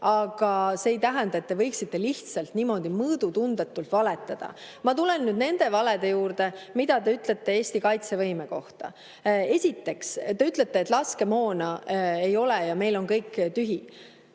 aga see ei tähenda, et te võiksite lihtsalt niimoodi mõõdutundetult valetada. Ma tulen nüüd nende valede juurde, mida te ütlete Eesti kaitsevõime kohta. Esiteks, te ütlete, et laskemoona ei ole ja meil on kõik tühi.